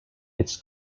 its